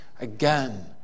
again